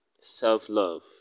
self-love